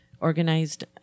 organized